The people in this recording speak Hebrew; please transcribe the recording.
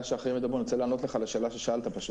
רוצה לענות לך על השאלה ששאלת.